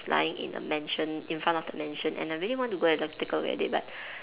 lying in the mansion in front of the mansion and I really want to go and take a look at it but